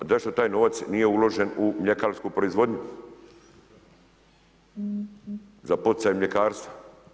Zašto taj novac nije uložen u mljekarsku proizvodnju, za poticaj mljekarstva?